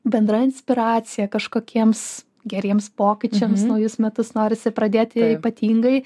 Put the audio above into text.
bendra inspiracija kažkokiems geriems pokyčiams naujus metus norisi pradėti ypatingai